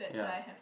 yeah